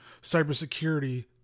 cybersecurity